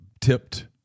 tipped